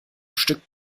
stück